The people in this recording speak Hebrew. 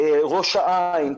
ראש העין,